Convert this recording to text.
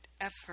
effort